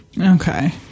Okay